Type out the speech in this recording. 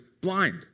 blind